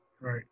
right